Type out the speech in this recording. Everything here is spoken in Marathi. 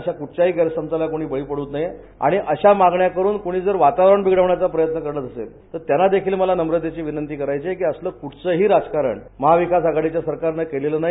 अशा कूठल्याही गैरसमजाला आपण बळी पड्र नये आणि अशा मागण्या करुन कोणी जर वातावरण बिघडवण्याचा प्रयत्न करत असेल तर त्याला देखील मला नम्रतेची विनंती करायची आहे की अस क्रठलंही राजकारण महाविकास आघाडीच्या सरकारनं केलेलं नाही